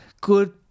Good